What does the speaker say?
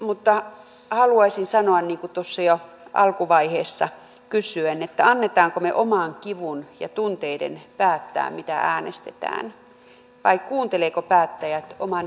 mutta haluaisin sanoa niin kuin tuossa jo alkuvaiheessa kysyin annammeko me oman kipumme ja tunteidemme päättää mitä äänestämme vai kuuntelevatko päättäjät oman järjen ääntä